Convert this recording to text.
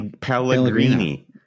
pellegrini